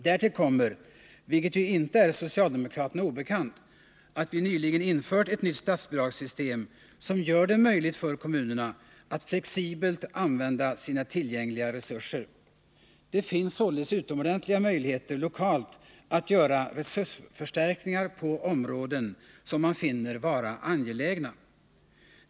Därtill kommer, vilket inte är socialdemokraterna obekant, att vi nyligen införde nytt statsbidragssystem som gör det möjligt för kommunerna att flexibelt använda sina tillgängliga resurser. Det finns således utomordentliga möjligheter lokalt att göra resursförstärkningar på områden som man finner vara angelägna.